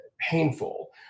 painful